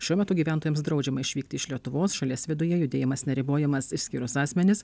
šiuo metu gyventojams draudžiama išvykti iš lietuvos šalies viduje judėjimas neribojamas išskyrus asmenis